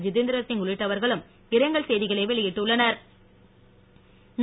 ஜிதேந் திர் சிங் உள்ளிட்டவ ர்களும் இரங்கல் செய்தி களை வெளி யி ட்டுள்ளன ர்